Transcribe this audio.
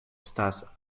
estas